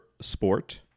sport